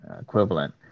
equivalent